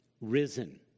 risen